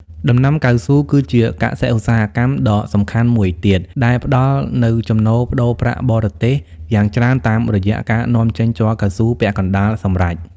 ដំណាំកៅស៊ូគឺជាកសិឧស្សាហកម្មដ៏សំខាន់មួយទៀត ដែលផ្ដល់នូវចំណូលប្តូរប្រាក់បរទេសយ៉ាងច្រើនតាមរយៈការនាំចេញជ័រកៅស៊ូពាក់កណ្ដាលសម្រេច។